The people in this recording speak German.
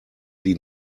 die